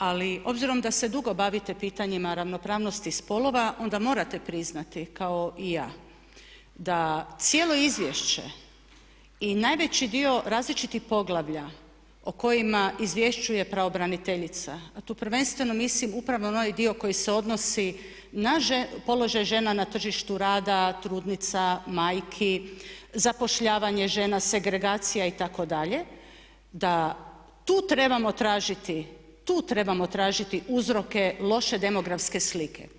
Ali s obzirom da se dugo bavite pitanjima ravnopravnosti spolova onda morate priznati kao i ja da cijelo izvješće i najveći dio različitih poglavlja o kojima izvješćuje pravobraniteljica a tu prvenstveno mislim upravo na onaj dio koji se odnosi na položaj žena na tržištu rada, trudnica, majki, zapošljavanje žena, segregacija itd. da tu trebamo tražiti uzroke loše demografske slike.